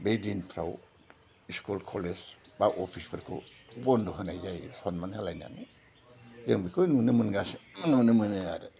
बे दिनफ्राव school college बा अफिसफोरखौ बन्द' होनाय जायो सनमान होलायनानै जों बेखौ नुनो मोनो आरो